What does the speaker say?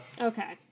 Okay